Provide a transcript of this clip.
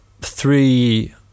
three